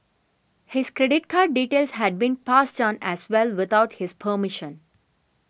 his credit card details had been passed on as well without his permission